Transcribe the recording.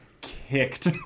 kicked